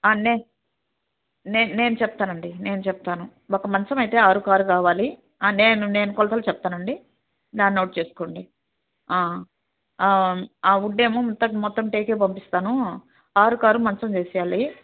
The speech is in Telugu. నే నేన్ నేన్ నేను చెప్తానండి నేను చెప్తాను ఒక మంచమయితే ఆరుకారు కావాలి నేను నేను కొలతలు చెప్తానండి దాన్ని నోట్ చేసుకోండి ఆ వుడ్ ఏమో మొత్తం టేకే పంపిస్తాను ఆరుకారు మంచం చేసివ్వాలి